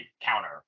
counter